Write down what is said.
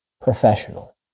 professional